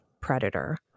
predator